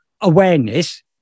awareness